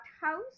house